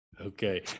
Okay